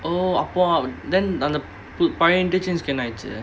oh அப்போ:appo then அந்த பழைய:antha pazhaiya interchange கு என்ன ஆச்சு:ku enna aachu